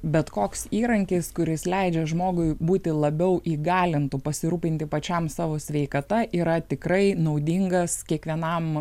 bet koks įrankis kuris leidžia žmogui būti labiau įgalintu pasirūpinti pačiam savo sveikata yra tikrai naudingas kiekvienam